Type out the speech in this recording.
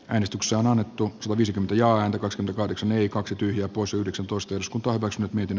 äänestyksiä on annettu mutisi tuntojaan koska kahdeksan eli kaksi tyyli opus yhdeksäntoista jos kaivos nyt miten